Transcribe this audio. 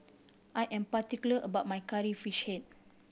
I am particular about my Curry Fish Head